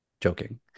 joking